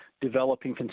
developing